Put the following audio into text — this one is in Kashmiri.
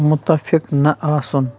مُتَفِق نہَ آسُن